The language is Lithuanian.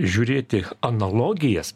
žiūrėti analogijas